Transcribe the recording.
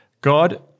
God